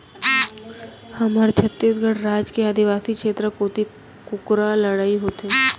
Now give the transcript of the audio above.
हमर छत्तीसगढ़ राज के आदिवासी छेत्र कोती कुकरा लड़ई होथे